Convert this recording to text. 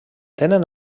tenen